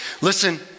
Listen